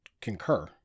concur